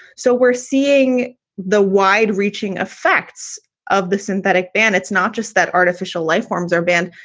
so we're seeing the wide reaching effects of the synthetic ban. it's not just that artificial life forms are banned.